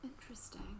Interesting